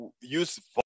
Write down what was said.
use